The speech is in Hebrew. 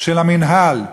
של המינהל,